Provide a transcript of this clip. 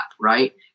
right